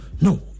no